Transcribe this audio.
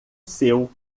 seu